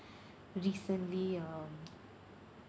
recently um